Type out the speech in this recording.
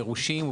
מרושים,